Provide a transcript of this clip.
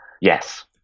Yes